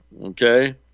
okay